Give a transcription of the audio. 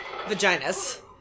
vaginas